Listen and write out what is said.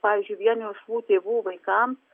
pavyzdžiui vienišų tėvų vaikams